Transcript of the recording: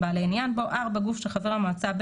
בעלי עניין בו; (4)גוף שחבר המועצה,